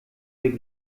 wir